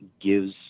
gives –